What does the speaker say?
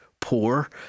poor